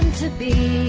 to be.